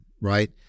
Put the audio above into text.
right